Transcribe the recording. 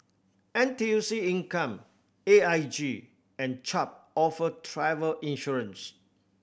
N T U C Income A I G and Chubb offer travel insurance